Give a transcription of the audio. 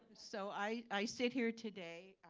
so i sit here today,